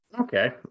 Okay